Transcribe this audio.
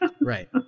Right